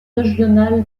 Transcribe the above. régional